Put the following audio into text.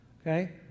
okay